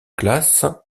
classe